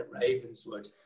Ravenswood